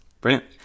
Brilliant